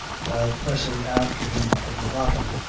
while pressing after him from the bottom,